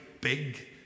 big